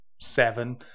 seven